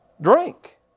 drink